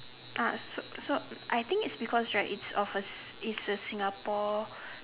uh so so I think it's because right it's of a it's a Singapore